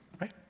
right